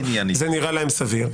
זה נראה להם סביר.